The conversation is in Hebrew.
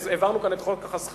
כשהעברנו כאן את חוק החסכמים,